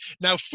now